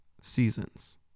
seasons